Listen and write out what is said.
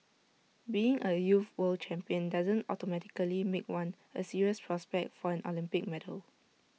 being A youth world champion doesn't automatically make one A serious prospect for an Olympic medal